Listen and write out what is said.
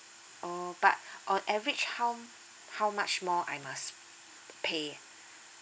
oh but on average how how much more I must pay